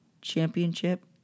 championship